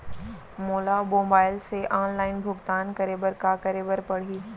मोला मोबाइल से ऑनलाइन भुगतान करे बर का करे बर पड़ही?